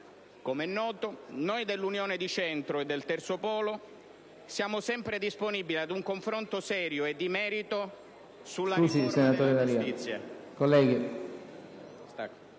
Come è noto, noi dell'Unione di Centro e del Terzo Polo siamo sempre disponibili ad un confronto serio e di merito sulla riforma della giustizia